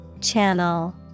Channel